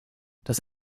das